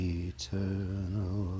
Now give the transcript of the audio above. eternal